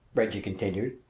reggie continued.